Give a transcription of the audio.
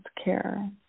care